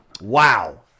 Wow